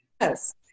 Yes